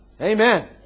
amen